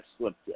slipped